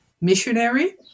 missionary